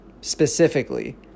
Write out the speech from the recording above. specifically